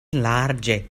larĝe